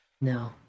No